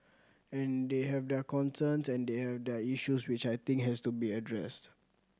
and they have their concerns and they have their issues which I think has to be addressed